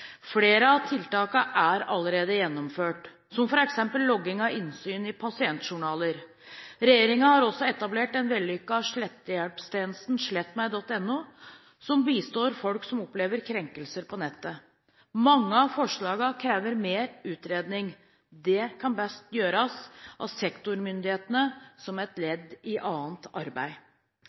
Flere av tiltakene er allerede gjennomført, som f.eks. logging av innsyn i pasientjournaler. Regjeringen har også etablert den vellykkede slettehjelpstjenesten slettmeg.no, som bistår folk som opplever krenkelser på nettet. Mange av forslagene krever mer utredning. Det kan best gjøres av sektormyndighetene som et ledd i annet arbeid.